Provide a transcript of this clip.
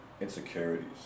Insecurities